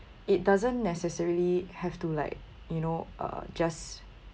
it doesn't necessarily have to like you know uh just